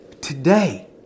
today